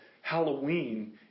Halloween